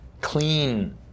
clean